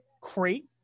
crate